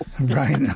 Right